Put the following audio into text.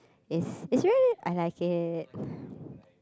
it's it's very I like it